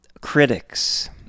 critics